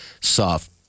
soft